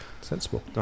Sensible